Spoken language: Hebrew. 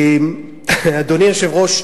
אדוני היושב-ראש,